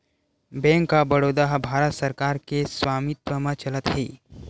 bank of Baroda ह भारत सरकार के स्वामित्व म चलत हे